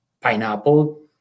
pineapple